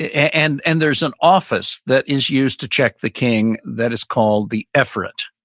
and and there's an office that is used to check the king that is called the effort.